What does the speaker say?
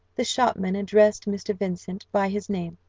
the shopman addressed mr. vincent by his name,